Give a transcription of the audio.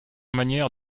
manières